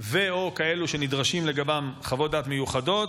או כאלו שנדרשות לגביהם חוות דעת מיוחדות,